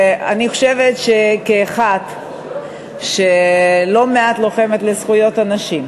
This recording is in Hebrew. אני חושבת שכאחת שלא מעט לוחמת לזכויות הנשים,